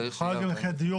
צריך שיהיה 40 יחידות.